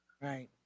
Right